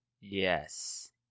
Yes